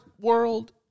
world